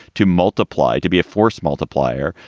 to multiply, to be a force multiplier,